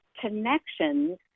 connections